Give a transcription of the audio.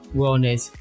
wellness